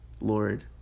Lord